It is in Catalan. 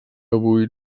avui